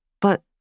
but-